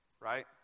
right